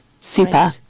super